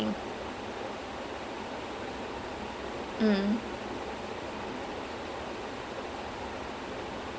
ah so அது:athu a very good show so அந்த:antha will smith that was the show that made will smith the star he is today